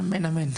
אמן, אמן.